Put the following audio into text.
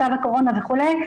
מצב הקורונה וכולי,